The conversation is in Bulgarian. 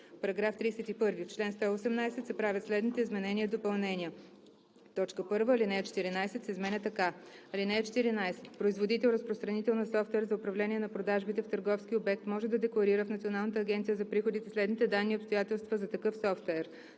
„§ 31. В чл. 118 се правят следните изменения и допълнения: 1. Алинея 14 се изменя така: „(14) Производител/разпространител на софтуер за управление на продажбите в търговски обект може да декларира в Националната агенция за приходите следните данни и обстоятелства за такъв софтуер: